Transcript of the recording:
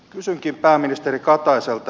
kysynkin pääministeri kataiselta